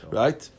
right